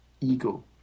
ego